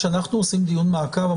כשאנחנו עושים דיון מעקב,